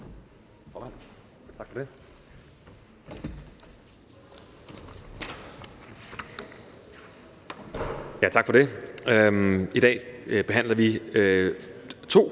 Tak for det.